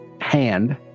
hand